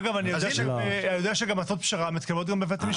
אגב, אני יודע שהצעות פשרה מתקבלות גם בבית משפט.